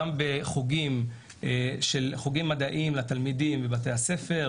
גם בחוגים מדעים לתלמידים בבתי הספר,